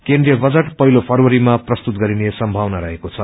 केन्द्रीय बजट पछिलो फरवरीमा प्रस्तुत गरिने सम्मावना रहेको छ